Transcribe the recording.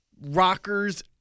rockers